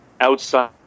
outside